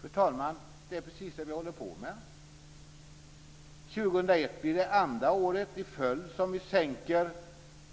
Fru talman! Det är precis det vi håller på med. År 2001 blir det andra året i följd som vi sänker